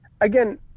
Again